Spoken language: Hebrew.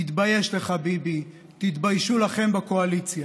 תתבייש לך, ביבי, תתביישו לכם בקואליציה.